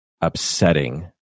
upsetting